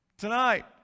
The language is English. tonight